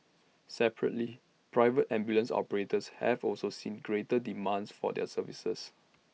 separately private ambulance operators have also seen greater demand for their services